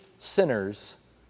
sinners